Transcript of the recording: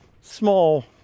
small